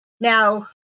Now